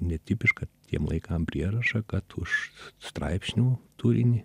netipišką tiem laikam prierašą kad už straipsnių turinį